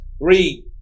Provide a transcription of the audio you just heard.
Read